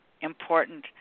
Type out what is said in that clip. important